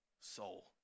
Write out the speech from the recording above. soul